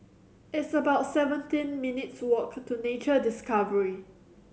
it's about seventeen minutes' walk to Nature Discovery